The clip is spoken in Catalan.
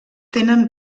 tenen